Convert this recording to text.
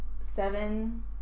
Seven